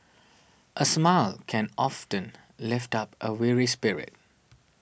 a smile can often lift up a weary spirit